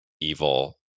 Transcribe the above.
evil